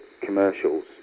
commercials